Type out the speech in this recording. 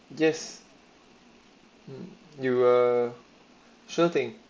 yes mm newer shooting